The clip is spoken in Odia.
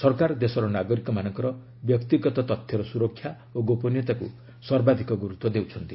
ସରକାର ଦେଶର ନାଗରିକମାନଙ୍କର ବ୍ୟକ୍ତିଗତ ତଥ୍ୟର ସ୍ତରକ୍ଷା ଓ ଗୋପନୀୟତାକୁ ସର୍ବାଧିକ ଗୁରୁତ୍ପ ଦେଉଛନ୍ତି